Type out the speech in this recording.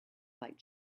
light